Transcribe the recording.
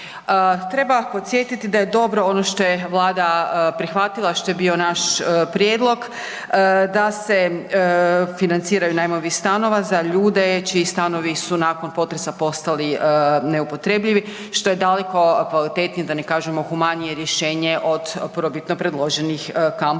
Treba podsjetiti da je dobro ono što je Vlada prihvatila a što je bio naš prijedlog, da se financiraju najmovi stanova za ljude čiji stanovi su nakon potresa postali neupotrebljivi, što je daleko kvalitetnije da ne kažemo humanije rješenje od prvobitno predloženih kampova